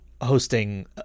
hosting